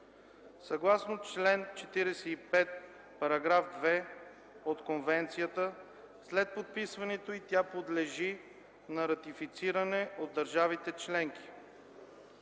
Съгласно член 45, § 2 от Конвенцията, след подписването й тя подлежи на ратифициране от държавите членки.